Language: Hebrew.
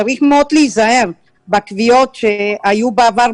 צריך מאוד להיזהר בקביעות שהיו בעבר,